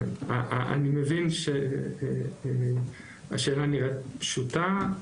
אני מבין שהשאלה נראית פשוטה,